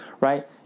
right